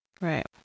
right